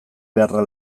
beharra